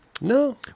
No